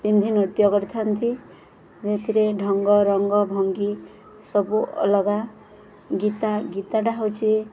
ପିନ୍ଧି ନୃତ୍ୟ କରିଥାନ୍ତି ସେଥିରେ ଢଙ୍ଗ ରଙ୍ଗ ଭଙ୍ଗୀ ସବୁ ଅଲଗା ଗୀତା ଗୀତାଟା ହଉଛି